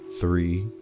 three